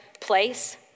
place